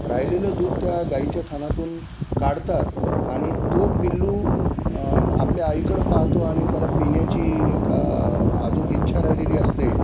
राहिलेलं दूध त्या गाईच्या थानातून काढतात आणि तो पिल्लू आपल्या आईकडं पाहतो आणि त्याला पिण्याची एक आजूक इच्छा राहिलेली असते